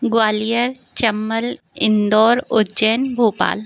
Gwalior Chambal Indore Ujjain Bhopal